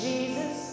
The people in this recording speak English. Jesus